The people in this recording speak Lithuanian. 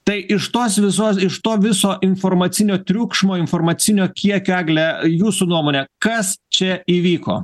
tai iš tos visos iš to viso informacinio triukšmo informacinio kiekio egle jūsų nuomone kas čia įvyko